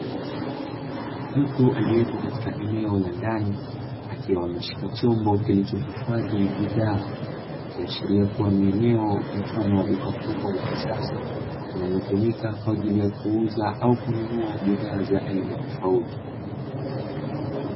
Mtu aliyepo katika eneo la ndani, akiwa ameshika chombo kilicho hifadhi bidhaa, ikiashiria kuwa ni eneo mfano wa duka kubwa la kisasa, linalotumika kwa ajili ya kuuza au kununua bidhaa za aina tofauti.